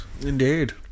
Indeed